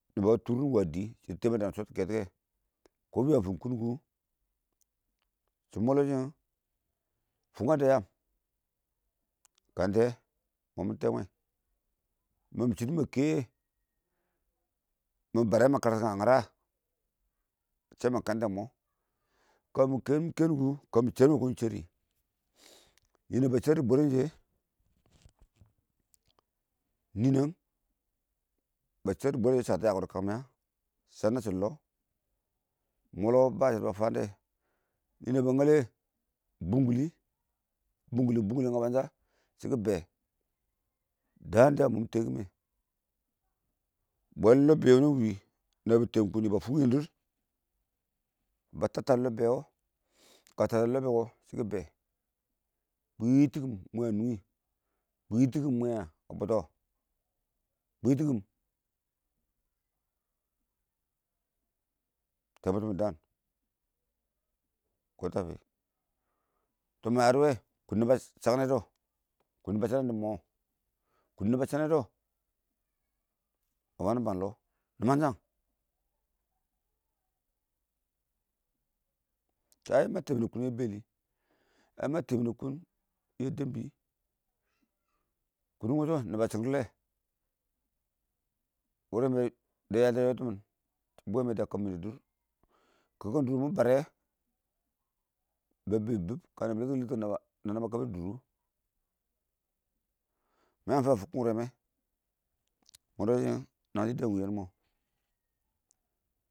niba tʊrɔl iɪngwa dɪ shɪ nibɔ dɪ chɔttʊ kɛtɔ kɛ, kɔ bɪ yang fiim kʊnkʊ shɪ mɔlɔ shɪ fʊkkəng dɛ yaam kəntɪ yɛ mɔ mɪ tɛɛmwɛ ma lang shɪdɔ ma kɛ mɔ bare ma kəkkək a rɔdda shɛ ma kəntɪn mɔ kəmɪ kɛm mɪ kɛmkʊ mɪ shʊrɪm kʊ kʊn iɪng shʊrs ninəng ba shʊr dɪ bwərən shɛ ninəng ba shʊr dɪ bwərən shɛ dɪ shata ykɔ dɪ kəng mɪya sha natchim lɔ mɔtɔ ba shɪdɔ ba fadɔ ninəng ba ngallɛ bʊnkʊ lɪ bʊnkʊlɪ dɪ ngabansha daan sha mɔ mɪn tɛɛ kɪmə bwɛl lobbɪyɛ wʊnɛ iɪng wɪɪn nabɪ tɛm kʊnni shɔ ba fʊk yɪndɪr ba tattɪn a lobbɪyɛ wɔ kə tattɪn kɔ, shɔ dɪ nakɪm, shɪ kɪ bɛ kwɪɪntɪkɪm mwɛ a nungi, kwɪɪntɪkɪɪng mwɛ a bʊttɔ kwɪɪntɪkɪm a tɛɛn bʊttɔ dɪ daan tɛ yadɔ wɛ kʊndu naba shanɛ dɛ ma bang mɪna bang lɔ niman shang tɔ ai ma temɪne kʊ yɛ bəlɪ a ma tɛmɪnɛ kʊm dɛbbɪ a ma tɛ mɪnɛ kʊn yɛ mɪyabs kʊndʊ wʊshʊ lɛ iɪng niba shɪkri lɛ wurɛ mɛ dɛb yelte yɔ tɪ mɪn bwe mɛ dɪya a kəmmɪne dʊr kəngkɪn dʊr mɪn barɛ ba bɪbɪ yɪ bɪb ma yangi fʊkkɪn wʊre, wʊre, shɪ ɛ